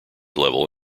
level